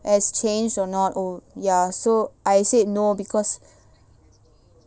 has changed or not oh ya so I said no because